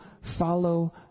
follow